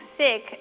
sick